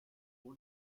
kanu